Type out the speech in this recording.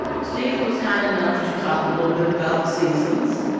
steven was kind enough to talk a little bit about seasons.